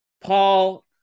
Paul